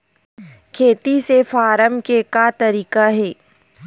खेती से फारम के का तरीका हे?